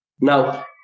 Now